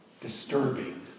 disturbing